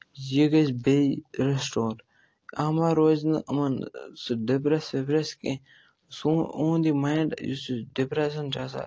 یہِ گژھِ بیٚیہِ رٮ۪سٹور اَما روزِ نہٕ یِمَن سُہ ڈِپرٛیس وِپرٛیس کینٛہہ سون یِہُنٛد یہِ ماینٛڈ یُس یہِ ڈِپرٛٮ۪شَن چھُ آسان